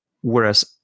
Whereas